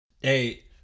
Hey